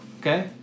Okay